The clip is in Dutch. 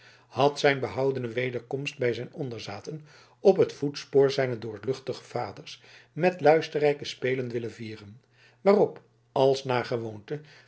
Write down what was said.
had zijn behoudene wederkomst bij zijn onderzaten op het voetspoor zijns doorluchtigen vaders met luisterrijke spelen willen vieren waarop als naar gewoonte